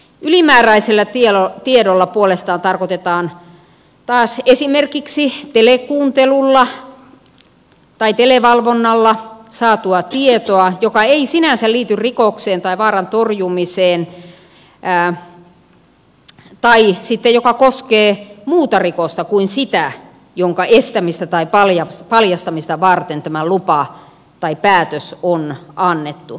ylimääräisellä tiedolla puolestaan tarkoitetaan esimerkiksi telekuuntelulla tai televalvonnalla saatua tietoa joka ei sinänsä liity rikokseen tai vaaran torjumiseen tai joka sitten koskee muuta rikosta kuin sitä jonka estämistä tai paljastamista varten tämä lupa tai päätös on annettu